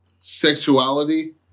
sexuality